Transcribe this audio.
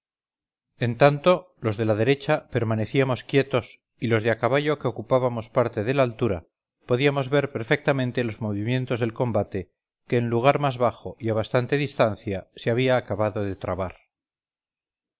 en tanto los de la derecha permanecíamos quietos y los de a caballo que ocupábamos parte de la altura podíamos ver perfectamente los movimientos del combate que en lugar más bajo y a bastante distancia se había acabado de trabar